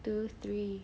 two three